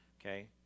Okay